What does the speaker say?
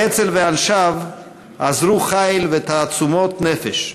האצ"ל ואנשיו אזרו חיל ותעצומות נפש,